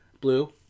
Blue